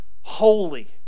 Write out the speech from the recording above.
holy